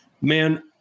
man